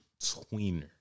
tweener